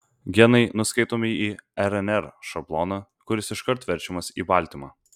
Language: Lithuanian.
genai nuskaitomi į rnr šabloną kuris iškart verčiamas į baltymą